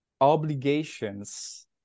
obligations